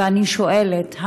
ואני שואלת,